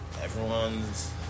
everyone's